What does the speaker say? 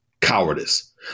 cowardice